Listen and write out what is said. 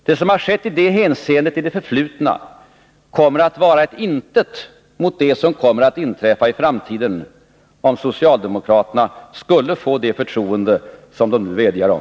Det som har skett i det hänseendet i det förflutna kommer att vara ett intet mot det som kommer att inträffa i framtiden, om socialdemokraterna skulle få det förtroende som de nu vädjar om.